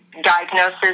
diagnosis